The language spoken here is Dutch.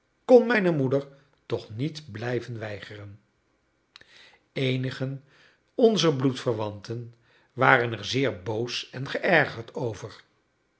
kon mijne moeder toch niet blijven weigeren eenigen onzer bloedverwanten waren er zeer boos en geërgerd over